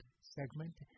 segment